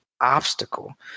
obstacle